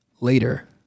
Later